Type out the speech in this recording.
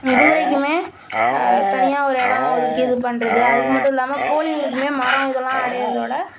குதிரைக்குமே தனியாக ஒரு இடம் ஒதுக்கி இது பண்ணுறது அதுக்கு மட்டும் இல்லாமல் கோழிகளுக்குமே மரம் இதெல்லாம் அடைகிறதோட